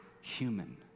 human